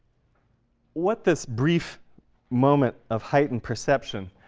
what this brief moment of heightened perception